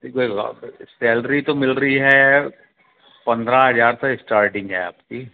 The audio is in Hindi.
सैलरी तो मिल रही है पंद्रह हजार से स्टार्टिंग है आपकी